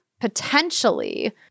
potentially